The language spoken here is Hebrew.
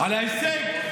על ההישג,